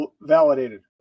validated